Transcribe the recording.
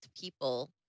people